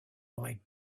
might